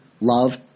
love